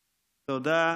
תודה.